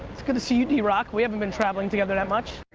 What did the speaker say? it's good to see you d-rock, we haven't been traveling together that much.